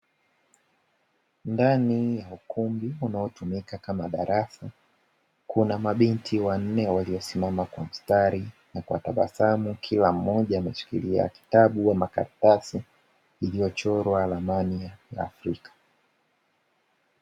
Ndani ya ukumbi unaotumika kama darasa, kuna mabinti wanne waliosimama kwa mstari na kwa tabasamu, kila mmoja ameshikilia kitabu na karatasi iliyochorwa ramani ya Afrika.